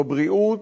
בבריאות,